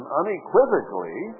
unequivocally